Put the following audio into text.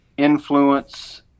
influence